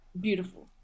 beautiful